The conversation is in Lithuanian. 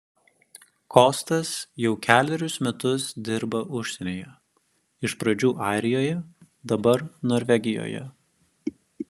kostas jau kelerius metus dirba užsienyje iš pradžių airijoje dabar norvegijoje